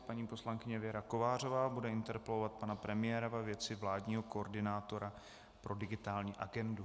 Paní poslankyně Věra Kovářová bude interpelovat pana premiéra ve věci vládního koordinátora pro digitální agendu.